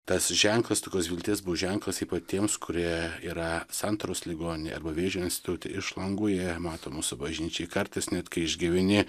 tas ženklas tokios vilties buvo ženklas ypač tiems kurie yra santaros ligoninėj arba vėžio institute iš langų jie mato mūsų bažnyčią kartais net kai išgyveni